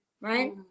right